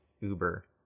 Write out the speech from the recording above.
Uber